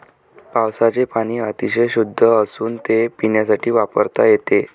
पावसाचे पाणी अतिशय शुद्ध असून ते पिण्यासाठी वापरता येते